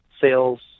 sales